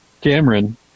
Cameron